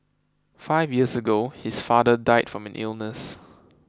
five years ago his father died from an illness